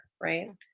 Right